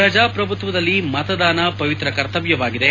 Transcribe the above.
ಪ್ರಜಾಪ್ರಭುತ್ವದಲ್ಲಿ ಮತದಾನ ಪವಿತ್ರ ಕರ್ತವ್ಚವಾಗಿದೆ